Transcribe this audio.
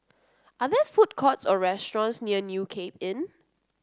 are there food courts or restaurants near New Cape Inn